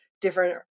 different